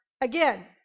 again